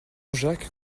jacques